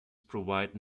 provide